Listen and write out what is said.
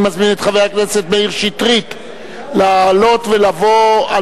אני מזמין את חבר הכנסת מאיר שטרית לעלות ולבוא על